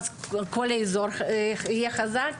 אז כל האזור יהיה חזק,